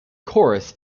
chorus